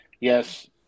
Yes